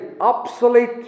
obsolete